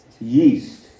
Yeast